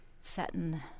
satin